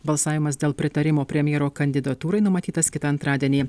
balsavimas dėl pritarimo premjero kandidatūrai numatytas kitą antradienį